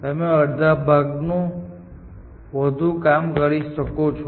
તમે અડધા ભાગમાં વધુ કામ કરી શકો છો